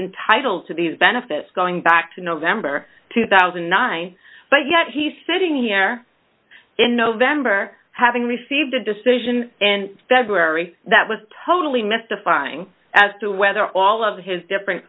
entitled to these benefits going back to november two thousand and nine but yet he sitting here in november having received a decision in february that was totally mystifying as to whether all of his different